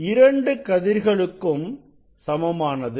இரண்டு கதிர்களுக்கும் சமமானது